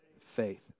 Faith